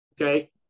Okay